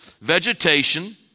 vegetation